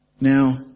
now